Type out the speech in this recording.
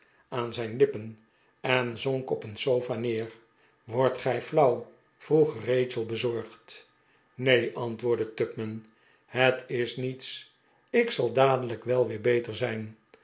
aan zijn lippen en zonk op een sofa neer wordt gij flauw vroeg rachel bezorgd neen antwoordde tupman het is niets ik zal dadelijk wel weer beter zijn